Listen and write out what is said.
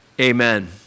amen